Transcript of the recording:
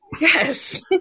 yes